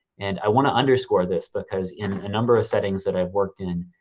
and i wanna underscore this because in a number of settings that i've worked in,